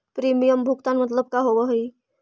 Premium भुगतान मतलब का होव हइ?